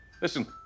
listen